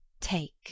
take